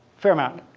fair amount.